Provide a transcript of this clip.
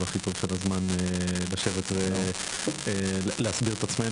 הכי טוב של הזמן לשבת ולהסביר את עצמנו.